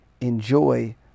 enjoy